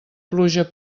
pluja